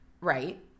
right